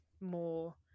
more